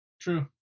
True